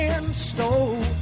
Stole